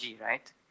right